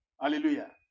Hallelujah